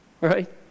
right